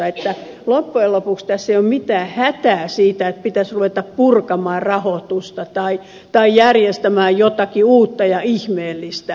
loppujen lopuksi tässä ei ole mitään hätää siitä että pitäisi ruveta purkamaan rahoitusta tai järjestämään jotakin uutta ja ihmeellistä